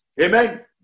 Amen